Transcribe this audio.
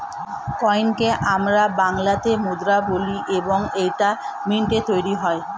কয়েনকে আমরা বাংলাতে মুদ্রা বলি এবং এইটা মিন্টে তৈরী হয়